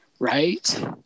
Right